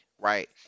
right